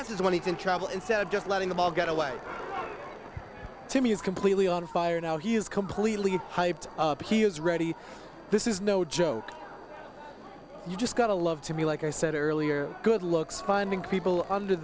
passes when he's in trouble instead of just letting the ball get away timmy is completely on fire now he is completely hyped up he is ready this is no joke you just gotta love to me like i said earlier good looks finding people under